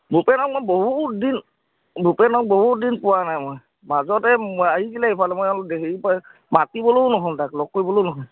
ভূপেনক মই বহুত দিন ভূপেনক বহুত দিন পোৱা নাই মই মাজতে আহিছিলে এইফালে মই অলপ দেৰি প মাতিবলেও নহ'ল তাক লগ কৰিবলেও নহ'ল